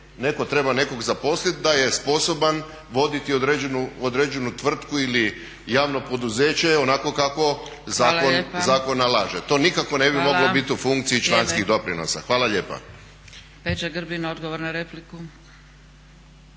netko treba nekoga zaposliti da je sposoban voditi određenu tvrtku ili javno poduzeće onako kako zakon nalaže. To nikako ne bi moglo biti u funkciji članskih doprinosa. Hvala lijepa.